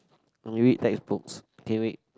when you read textbooks can you read